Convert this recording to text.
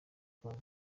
congo